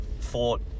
thought